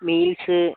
meals